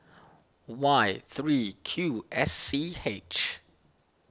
Y three Q S C H